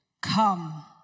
Come